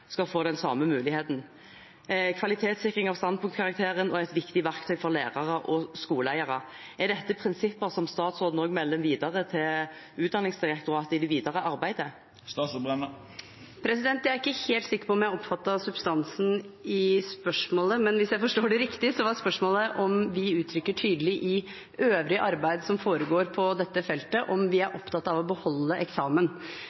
skal få den samme muligheten. Kvalitetssikring av standpunktkarakteren var et viktig verktøy for lærere og skoleeiere. Er dette prinsipper som statsråden også melder videre til Utdanningsdirektoratet i det videre arbeidet? Jeg er ikke helt sikker på om jeg oppfattet substansen i spørsmålet, men hvis jeg forstår det riktig, var spørsmålet om vi i øvrig arbeid som foregår på dette feltet, uttrykker tydelig at vi er opptatt av å beholde eksamen.